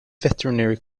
veterinary